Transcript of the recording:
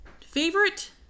Favorite